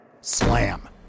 Slam